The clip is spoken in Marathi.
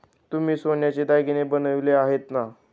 तुम्ही सोन्याचे दागिने बनवले आहेत ना?